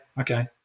okay